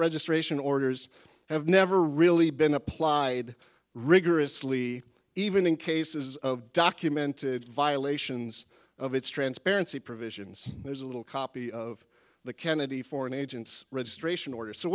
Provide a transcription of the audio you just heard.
registration orders have never really been applied rigorously even in cases of documented violations of its transparency provisions there's a little copy of the kennedy foreign agents registration order so